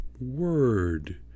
Word